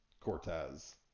Cortez